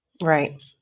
Right